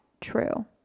true